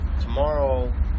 Tomorrow